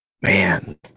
man